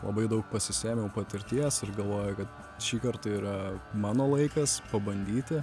labai daug pasisėmiau patirties ir galvoju kad šįkart tai yra mano laikas pabandyti